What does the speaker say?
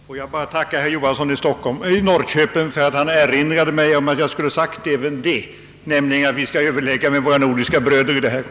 Herr talman! Får jag bara tacka herr Johansson i Norrköping för att han erinrade mig om att jag även skulle ha nämnt att vi bör överlägga med våra nordiska bröder i denna fråga.